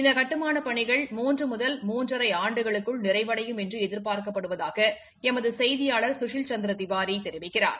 இந்த கட்டுமான பணிகள் மூன்று முதல் மூன்றரை ஆண்டுகளுக்குள் நிறைவடையும் என்று எதிர்பார்க்கப்படுவதாக எமது செய்தியாளர் சுசில் சந்திர திவாரி தெரிவிக்கிறார்